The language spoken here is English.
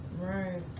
Right